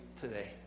today